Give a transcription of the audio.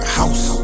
house